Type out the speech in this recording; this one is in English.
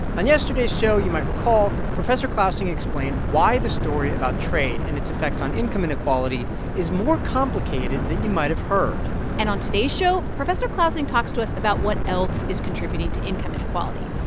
on yesterday's show, you might recall professor clausing explained why the story about trade and its effects on income inequality is more complicated than you might have heard and on today's show, professor clausing talks to us about what else is contributing to income inequality,